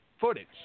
footage